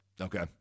Okay